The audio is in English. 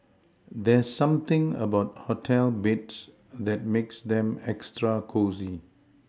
there's something about hotel beds that makes them extra cosy